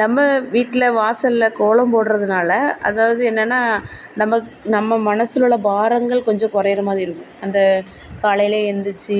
நம்ம வீட்டில் வாசலில் கோலம் போடுறதுனால அதாவது என்னன்னா நம்ப நம்ம மனசில் உள்ள பாரங்கள் கொஞ்சம் குறையிற மாதிரி இருக்கும் அந்த காலையில் எந்திருச்சு